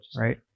Right